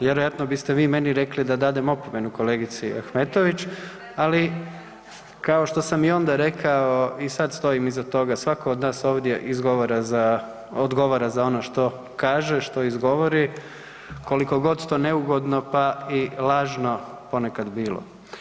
Vjerojatno biste vi meni rekli da dadem opomenu kolegici Ahmetović ali kao što sam i onda rekao i sad stojim iza toga, svatko od nas ovdje odgovara za ono što kaže, što izgovori, koliko god to neugodno pa i lažno ponekad bilo.